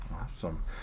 Awesome